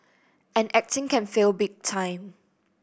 and acting can fail big time